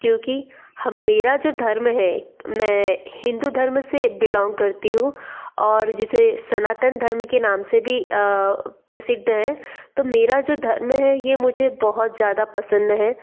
क्योंकि हम मेरा जो धर्म है मैं हिंदू धर्म से बिलॉन्ग करती हूँ और जिसे सनातन धर्म के नाम से भी प्रसिद्ध है तो मेरा जो धर्म है यह मुझे बहुत ज़्यादा पसंद है